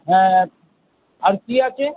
হ্যাঁ আর আর কী আছে